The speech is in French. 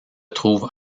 trouve